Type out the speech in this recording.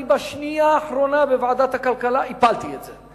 בשנייה האחרונה בוועדת הכלכלה אני הפלתי את זה.